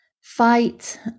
fight